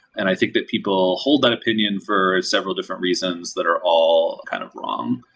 and i think that people hold that opinion for several different reasons that are all kind of wrong.